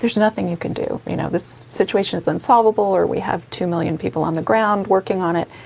there's nothing you can do, you know this situation is insolvable, or we have two million people on the ground working on it,